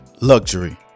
Luxury